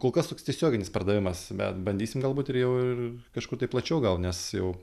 kol kas toks tiesioginis pardavimas bet bandysim galbūt ir jau ir kažkur tai plačiau gal nes jau